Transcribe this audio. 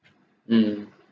mm